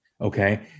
Okay